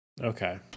Okay